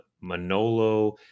Manolo